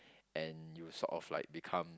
and you sort of like become